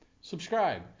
Subscribe